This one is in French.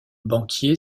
banquier